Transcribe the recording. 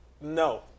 No